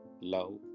love